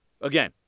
Again